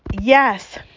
yes